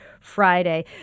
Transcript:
Friday